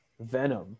Venom